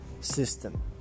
system